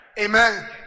amen